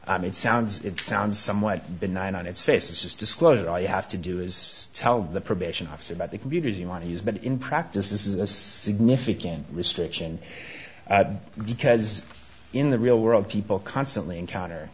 made sounds it sounds somewhat benign on its face this is disclosed all you have to do is tell the probation office about the computers you want to use but in practice is a significant restriction because in the real world people constantly encounter